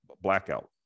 blackout